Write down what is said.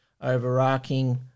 overarching